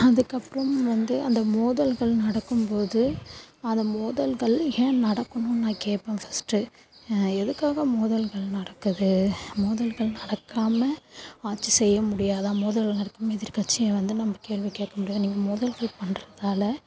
அதுக்கப்புறம் வந்து அந்த மோதல்கள் நடக்கும்போது அது மோதல்கள் ஏன் நடக்கணும்னு நான் கேட்பேன் ஃபஸ்ட்டு எதுக்காக மோதல்கள் நடக்குது மோதல்கள் நடக்காமல் ஆட்சி செய்ய முடியாதாக மோதல்கள் நடத்தும் எதிர்கட்சியை வந்து நம்ம கேள்வி கேட்க முடியாதாக நீங்கள் மோதல்கள் பண்ணுறதால